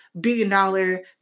billion-dollar